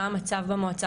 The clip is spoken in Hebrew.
מה המצב במועצה,